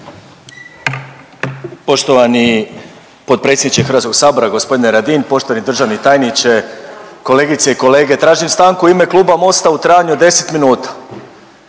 Poštovani potpredsjedniče HS-a g. Radin, poštovani državni tajniče, kolegice i kolege. Tražim stanku u ime Kluba Mosta u trajanju od 10 minuta